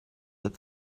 that